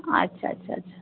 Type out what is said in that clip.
अच्छा अच्छा अच्छा